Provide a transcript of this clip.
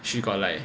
she got like